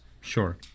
Sure